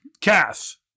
Cass